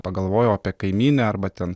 pagalvojau apie kaimynę arba ten